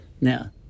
now